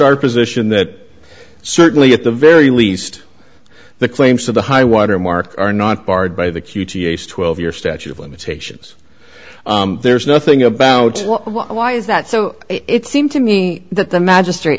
our position that certainly at the very least the claims to the high water mark are not barred by the q th twelve year statute of limitations there's nothing about why is that so it seemed to me that the magistr